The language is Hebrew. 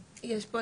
בעברית?